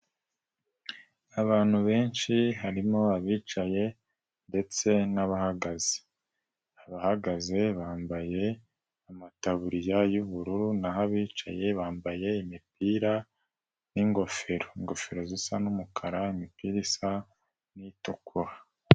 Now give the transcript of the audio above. Abantu benshi harimo abicaye ndetse n'abahagaze abahagaze bambaye amataburiya y'ubururu naho abicaye bambaye imipira n'ingofero. Ingofero zisa n'umukara imipi isa n'itukura.